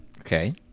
Okay